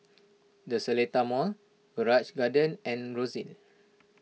the Seletar Mall Grange Garden and Rosyth